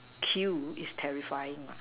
kill is terrifying